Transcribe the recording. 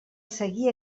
seguir